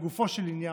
לגופו של עניין,